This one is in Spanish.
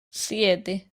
siete